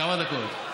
כמה דקות?